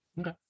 okay